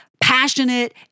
passionate